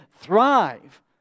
thrive